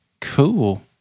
Cool